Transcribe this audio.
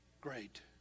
great